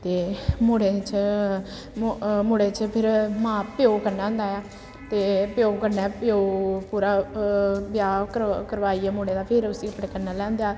ते मुड़ें च मुड़े च फिर मां प्यो कन्नै होंदा ऐ ते प्यो कन्नै प्यो पूरा ब्याह् कर करोआइयै मु़ड़े दा ते फिर उस्सी अपने कन्नै लेआंदा ऐ